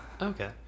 okay